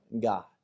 God